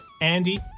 Andy